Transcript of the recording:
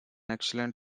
excellent